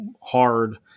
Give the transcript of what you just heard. hard